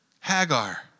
Hagar